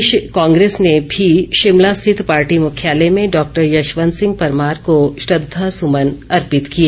प्रदेश कांग्रेस ने भी शिमला स्थित पार्टी मुख्यालय में डॉक्टर यशवंत सिंह परमार को श्रद्वासुमन अर्पित किए